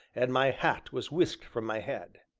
and my hat was whisked from my head.